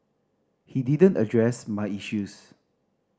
he didn't address my issues